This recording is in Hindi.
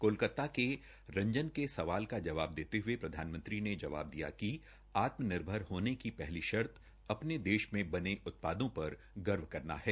कोलकाता के रंजन के सवाल का जवाब देते ह ये प्रधानमंत्री ने जवाब दिया कि आत्मनिर्भर होने की पहली शर्त अपने देश मे बने उत्पादों पर गर्व करना है